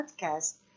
podcast